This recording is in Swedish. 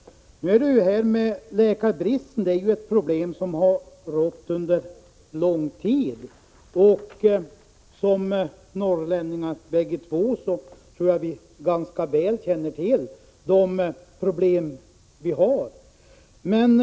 Nu är ju läkarbristen ett problem som har funnits under lång tid. Som norrlänningar bägge två tror jag vi ganska väl känner till de problem som finns.